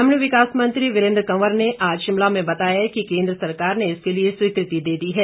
ग्रामीण विकास मंत्री वीरेंद्र कंवर ने आज शिमला में बताया कि केंद्र सरकार ने इसके लिए स्वीकृति दे दी है